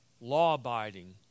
law-abiding